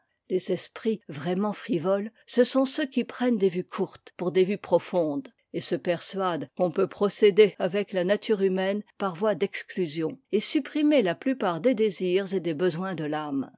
les esprits vraiment frivoles ce sont ceux qui prennent des vues courtes pour des vues profondes et se persuadent qu'on peut procéder avec a nature humaine par voie d'exclusion et supprimer la plupart des désirs et des besoins de l'âme